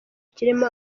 kirimo